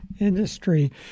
industry